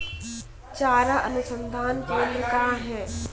चारा अनुसंधान केंद्र कहाँ है?